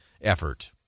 effort